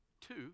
Two